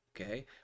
okay